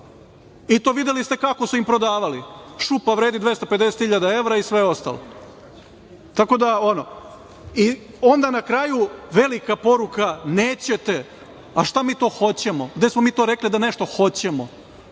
i to, videli ste kako su im prodavali, šupa vredi 250 hiljada evra i sve ostalo. Onda na kraju velika poruka, nećete, a šta mi to hoćemo, gde smo mi to rekli da nešto hoćemo,